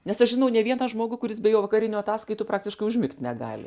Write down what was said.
nes aš žinau ne vieną žmogų kuris be jo vakarinių ataskaitų praktiškai užmigt negali